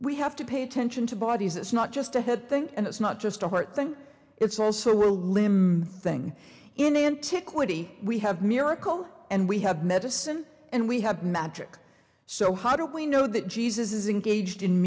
we have to pay attention to bodies it's not just ahead think and it's not just a heart thing it's also a limb thing in antiquity we have miracle and we have medicine and we have magic so how do we know that jesus is engaged in